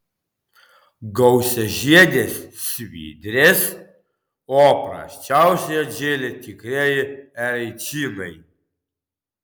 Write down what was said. gausiažiedės svidrės o prasčiausiai atžėlė tikrieji eraičinai